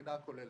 לבחינה הכוללת.